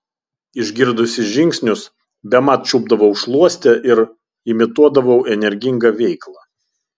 išgirdusi žingsnius bemat čiupdavau šluostę ir imituodavau energingą veiklą